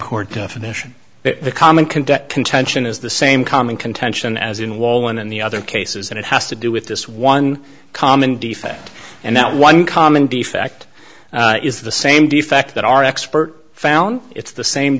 court definition is the common conduct contention is the same common contention as in wall one and the other cases and it has to do with this one common defect and that one common defect is the same defect that our expert found it's the same